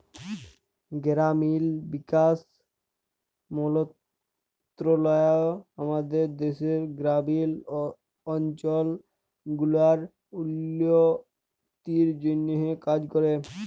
গেরামিল বিকাশ মলত্রলালয় আমাদের দ্যাশের গেরামিল অলচল গুলার উল্ল্য তির জ্যনহে কাজ ক্যরে